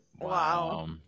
Wow